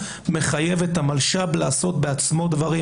מחייב את המלש"ב לעשות בעצמו דברים,